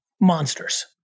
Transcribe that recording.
Monsters